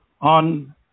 on